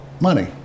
money